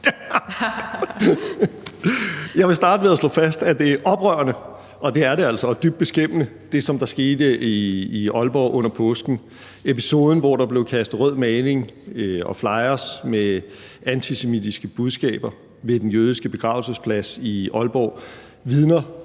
Jeg vil starte med at slå fast, at det er oprørende, og det er det altså, og dybt beskæmmende, hvad der skete i Aalborg under påsken. Episoden, hvor der blev kastet rød maling og flyers med antisemitiske budskaber ved den jødiske begravelsesplads i Aalborg, vidner